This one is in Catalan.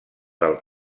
del